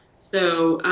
so